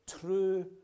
true